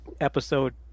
episode